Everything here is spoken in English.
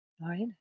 right